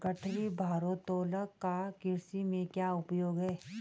गठरी भारोत्तोलक का कृषि में क्या उपयोग है?